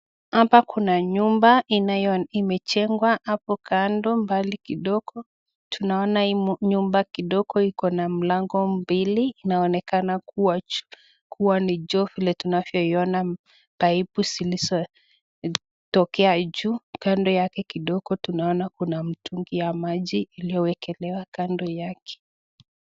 Hapa kuna nyumba inayo imechangwa hapo kando mbali kidogo. Tunaona hii nyumba kidogo iko na mlango mbili. Inaonekana kuwa ni juu vile tunaiona paipu zilizotokea juu. Kando yake kidogo tunaona kuna mtungi ya maji iliyowekelewa kando yake.